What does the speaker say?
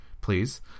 please